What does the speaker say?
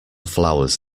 flowers